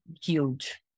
huge